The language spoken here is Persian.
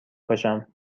باشم